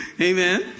amen